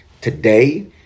Today